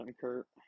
Kurt